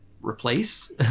replace